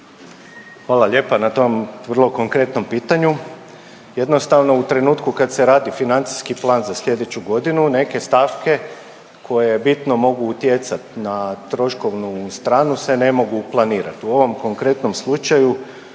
Hvala lijepa na tom vrlo konkretnom pitanju. Jednostavno u trenutku kad se radi financijski plan za slijedeću godinu neke stavke koje bitno mogu utjecat na troškovnu stranu se ne mogu planirat. U ovom konkretnom slučaju